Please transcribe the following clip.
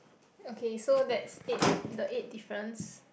okay so that's eight the eighth difference